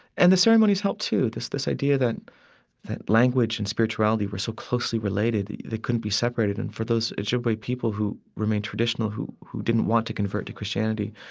and the ceremonies help too. this this idea that that language and spirituality were so closely related they couldn't be separated, and for those ojibwe people who remain traditional, who who didn't want to convert to christianity,